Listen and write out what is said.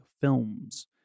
films